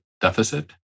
deficit